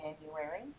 January